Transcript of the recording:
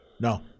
No